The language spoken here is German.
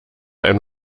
ein